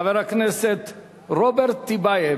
חבר הכנסת רוברט טיבייב,